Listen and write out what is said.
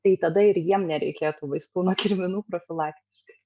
tai tada ir jiem nereikėtų vaistų nuo kirminų profilaktiškai